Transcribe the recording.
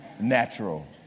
Natural